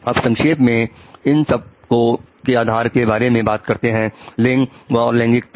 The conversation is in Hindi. अब संक्षेप में इन सब के आधार के बारे में बात करते हैं लिंग एवं लैंगिकता